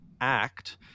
act